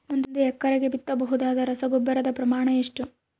ಒಂದು ಎಕರೆಗೆ ಬಿತ್ತಬಹುದಾದ ರಸಗೊಬ್ಬರದ ಪ್ರಮಾಣ ಎಷ್ಟು?